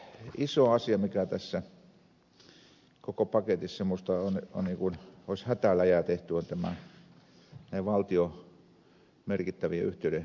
iso asia mikä tässä koko paketissa minusta on niin kuin olisi hätäläjä tehty on tämä valtion merkittävien yhtiöiden myynti